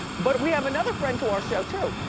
but we have another friend to our show too,